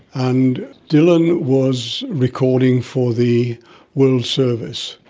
and dylan was recording for the world service,